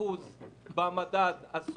צריך לקחת את מדד חוזק רשותי,